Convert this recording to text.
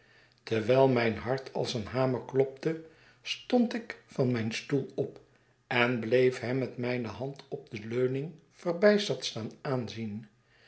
terwijl mijn hart als een hamer klopte stond ik van mijn stoel op en bleef hem met mijne hand op de leuning verbijsterd staan aanzien